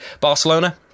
Barcelona